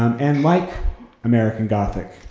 um and like american gothic,